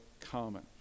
common